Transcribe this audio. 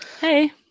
Hey